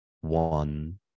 one